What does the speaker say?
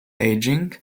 aging